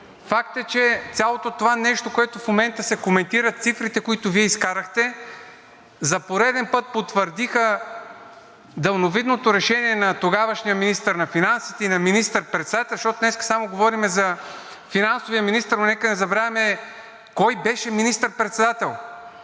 Факт е, че цялото това нещо, което в момента се коментира, цифрите, които Вие изкарахте, за пореден път потвърдиха „далновидното“ решение на тогавашния министър на финансите и на министър-председателя. Защото днес само говорим за финансовия министър, но нека не забравяме кой беше министър председател